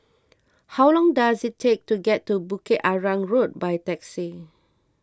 how long does it take to get to Bukit Arang Road by taxi